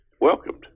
welcomed